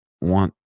want